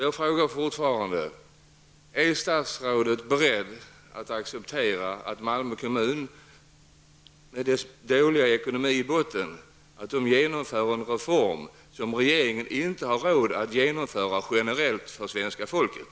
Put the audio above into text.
Jag frågar igen: Är statsrådet beredd att acceptera att Malmö kommun med sin dåliga ekonomi genomför en reform som regeringen inte har råd att genomföra generellt för det svenska folket?